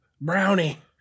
Brownie